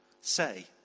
say